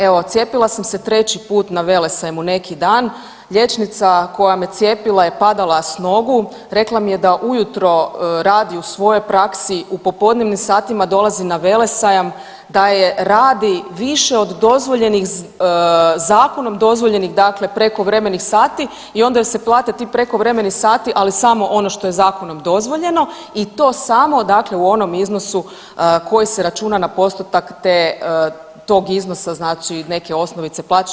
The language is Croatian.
Evo, cijepila sam se 3 put na Velesajmu neki dan, liječnica koja me cijepila je pala s nogu, rekla mi je da ujutro radi u svojoj praksi, u popodnevnim satima dolazi na Velesajam, da je radi više od dozvoljenih, zakonom dozvoljenih dakle prekovremenih sati i onda joj se plate ti prekovremeni sati ali samo ono što je zakonom dozvoljeno i to samo dakle u onom iznosu koji se računa na postotak te, tog iznosa znači neke osnovice plaće.